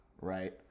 right